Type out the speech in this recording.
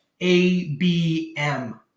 ABM